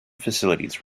facilities